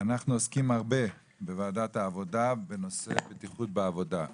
אנחנו עוסקים רבות בנושאי בטיחות בעבודה בוועדת העבודה.